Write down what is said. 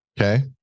Okay